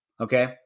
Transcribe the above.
Okay